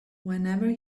whenever